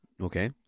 Okay